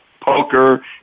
poker